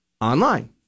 online